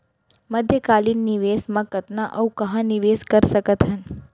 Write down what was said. मध्यकालीन निवेश म कतना अऊ कहाँ निवेश कर सकत हन?